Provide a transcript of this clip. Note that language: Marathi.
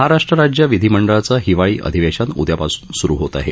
महाराष्ट्र राज्य विधीमंडळाचे हिवाळी अधिवेशन उदयापासून सुरु होत आहे